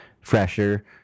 fresher